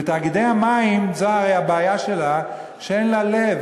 ותאגידי המים, זו הרי הבעיה שלהם, שאין להם לב.